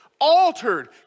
altered